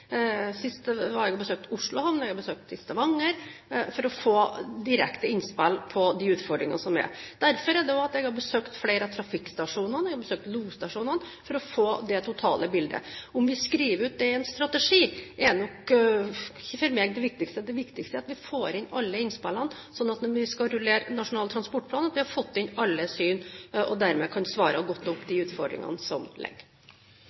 Sist var jeg og besøkte Oslo havn, og jeg har besøkt Stavanger, for å få direkte innspill på de utfordringene som er. Derfor er det også at jeg har besøkt flere av trafikkstasjonene, og jeg har besøkt losstasjonene, for å få det totale bildet. Om vi skriver ut det i en strategi, er nok ikke for meg det viktigste. Det viktigste er at vi får inn alle innspillene, sånn at når vi skal rullere Nasjonal transportplan, har vi fått inn alle syn og kan dermed svare godt nok på de utfordringene som